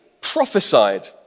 prophesied